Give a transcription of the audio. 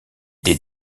des